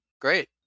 great